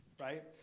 right